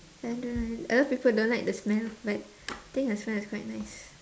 I don't a lot people don't like the smell but think the smell is quite nice